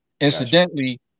incidentally